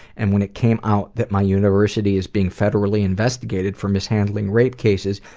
and when it came out that my university is being federally investigated for mishandling rape cases,